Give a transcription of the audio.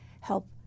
help